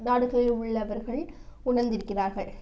நாடுகளில் உள்ளவர்கள் உணர்ந்திருக்கிறார்கள்